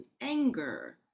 anger